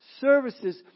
services